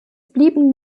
blieben